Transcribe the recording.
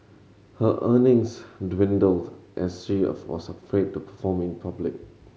her earnings dwindled as she of was afraid to perform in public